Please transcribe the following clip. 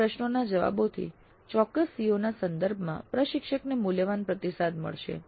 આવા પ્રશ્નોના જવાબોથી ચોક્કસ COs ના સંદર્ભમાં પ્રશિક્ષકને મૂલ્યવાન પ્રતિસાદ મળશે